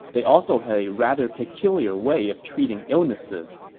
they also had a rather peculiar way of treating illnesses.